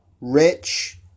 rich